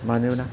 मानोना